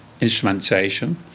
instrumentation